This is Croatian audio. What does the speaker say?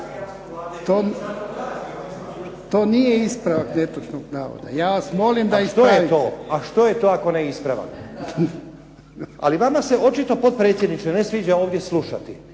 To nije ispravak netočnog navoda. **Stazić, Nenad (SDP)** A što je to ako nije ispravak? Ali vama se očito potpredsjedniče ne sviđa ovdje slušati